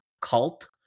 cult